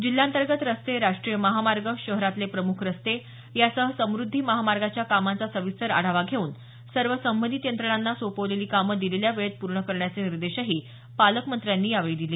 जिल्ह्यांतर्गत रस्ते राष्ट्रीय महामार्ग शहरातले प्रमुख रस्ते यासह समुद्धी महामार्गाच्या कामांचा सविस्तर आढावा घेऊन सर्व संबंधित यंत्रणांना सोपवलेली कामं दिलेल्या वेळेत पूर्ण करण्याचे निर्देशही पालकमंत्र्यांनी यावेळी दिले